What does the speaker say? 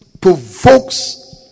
provokes